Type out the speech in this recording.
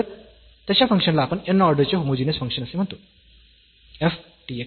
तर तशा फंक्शनला आपण n ऑर्डर चे होमोजीनियस फंक्शन असे म्हणतो